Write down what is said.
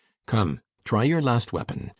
come! try your last weapon.